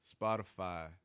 Spotify